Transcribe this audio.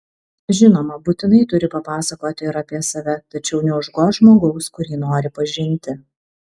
žinoma būtinai turi papasakoti ir apie save tačiau neužgožk žmogaus kurį nori pažinti